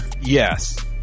Yes